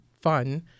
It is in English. fun